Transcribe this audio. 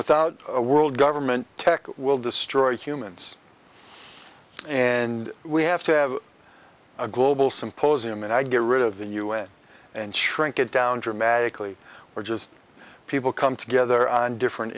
without a world government tech will destroy humans and we have to have a global symposium and i get rid of the un and shrink it down dramatically we're just people come together on different